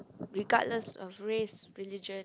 regardless of race religion